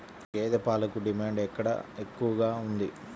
గేదె పాలకు డిమాండ్ ఎక్కడ ఎక్కువగా ఉంది?